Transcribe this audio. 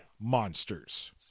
monsters